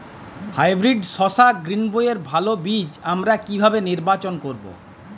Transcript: Hybrid শসা গ্রীনবইয়ের ভালো বীজ আমরা কিভাবে নির্বাচন করব?